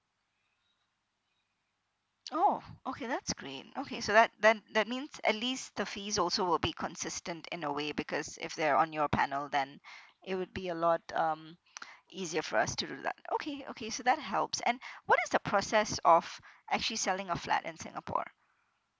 oh okay that's great okay so that then that means at least the fees also will be consistent in a way because if they're on your panel then it would be a lot um easier for us too lah okay okay so that helps and what is the process of actually selling a flat in singapore